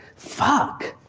fuck!